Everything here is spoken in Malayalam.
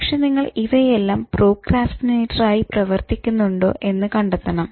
പക്ഷെ നിങ്ങൾ ഇവയെല്ലാം പ്രോക്രാസ്റ്റിനേറ്റർ ആയി പ്രവർത്തിക്കുന്നണ്ടോ എന്ന് കണ്ടെത്തണം